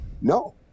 no